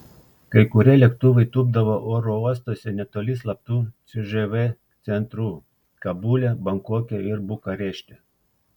kai kurie lėktuvai tūpdavo oro uostuose netoli slaptų cžv centrų kabule bankoke ir bukarešte